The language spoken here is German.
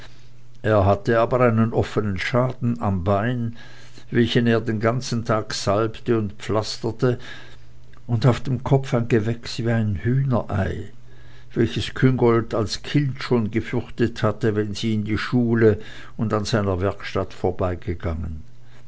er hatte aber einen offenen schaden am bein welchen er den ganzen tag salbte und pflasterte und auf dem kopf ein gewächs wie ein hühnerei welches küngolt als kind schon gefürchtet hatte wenn sie in die schule und an seiner werkstatt vorbeigegangen